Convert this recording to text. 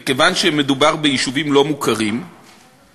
מכיוון שמדובר ביישובים לא מוכרים,